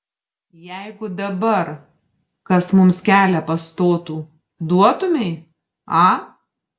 jeigu dabar kas mums kelią pastotų duotumei a